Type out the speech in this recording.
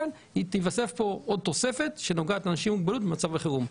תתווסף כאן עוד תוספת שנוגעת לאנשים עם מוגבלות במצבי חירום.